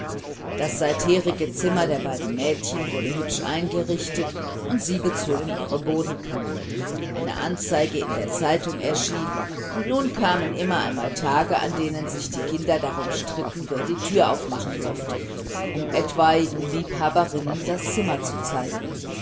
das seitherige zimmer der beiden mädchen wurde hübsch hergerichtet und sie bezogen ihre bodenkammer ein inserat in der zeitung erschien und nun kamen wieder einmal tage in denen sich die kinder darum stritten wer die türe aufmachen durfte um etwaigen liebhaberinnen das zimmer zu zeigen